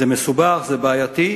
זה מסובך, זה בעייתי,